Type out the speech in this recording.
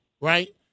right